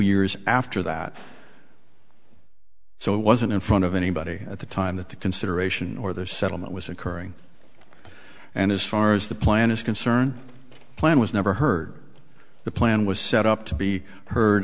years after that so it wasn't in front of anybody at the time that the consideration or the settlement was occurring and as far as the plan is concerned plan was never heard the plan was set up to be heard